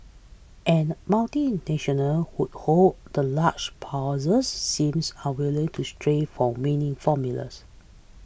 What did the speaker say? and multinational hold the large purses seems unwilling to stray for winning formulas